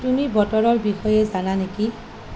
তুমি বতৰৰ বিষয়ে জানা নেকি